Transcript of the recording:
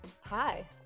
Hi